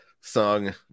song